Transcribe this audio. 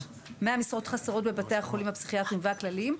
100 משרות חסרות בבתי החולים הפסיכיאטריים והכלליים.